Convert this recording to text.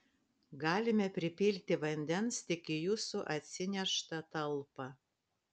galime pripilti vandens tik į jūsų atsineštą talpą